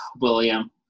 William